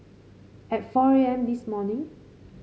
at four A M this morning